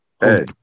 hey